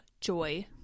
Joy